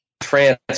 France